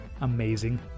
amazing